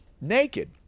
naked